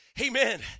Amen